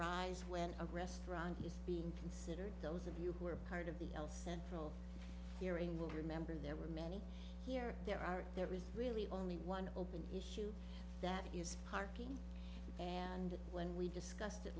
arise when a restaurant is being considered those of you who are part of the el central hearing will remember there were many here there are there is really only one open issue that is parking and when we discussed it